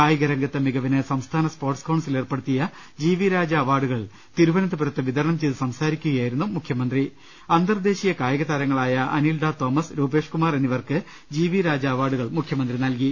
കായികരംഗത്തെ മികവിന് സംസ്ഥാന sports council ഏർപ്പെടുത്തിയ ജി വി രാജ അവാർഡുകൾ തിരുവനന്തപു രത്ത് വിതരണം ചെയ്ത് സംസാരിക്കുകയായിരുന്നു മുഖ്യമന്ത്രി അന്തർദ്ദേ ശീയ കായിക താരങ്ങളായ അനിൽഡ തോമസ് രൂപേഷ് കുമാർ എന്നി വർക്ക് ജി വി രാജ അവാർഡുകൾ മുഖ്യമന്ത്രി നൽകി